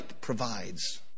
provides